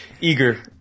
eager